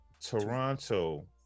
Toronto